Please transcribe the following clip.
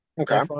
Okay